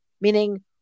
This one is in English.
meaning